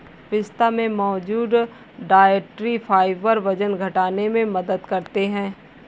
पिस्ता में मौजूद डायट्री फाइबर वजन घटाने में मदद करते है